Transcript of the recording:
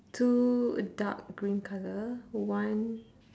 two dark green colour [one]